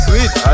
Sweet